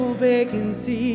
vacancy